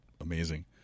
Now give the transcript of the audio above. amazing